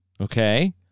okay